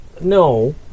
No